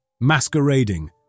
masquerading